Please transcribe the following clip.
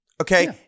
okay